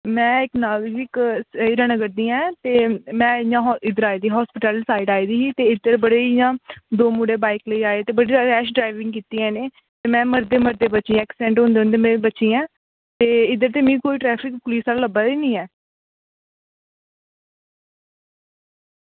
में इंया हीरानगर दी आं ते में इद्धर आई दी हॉस्पिटल आह्ली साईड आई दी ही इद्धर बड़ी इं'या दो मुड़े आए ते बड़ी रैश ड्राईविंग कीती उ'नें मरदे मरदे बची गेआ एक्सीडेंट होंदे होंदे बची गे ते इद्धर मिगी कोई ट्रैफिक पुलिस लब्भा दी निं ऐ